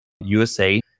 USA